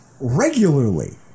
regularly